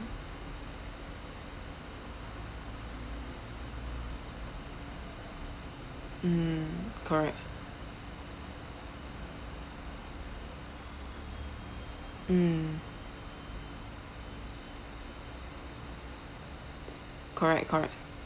mm correct mm correct correct